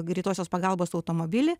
greitosios pagalbos automobilį